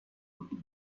tempo